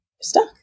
stuck